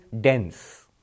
dense